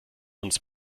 uns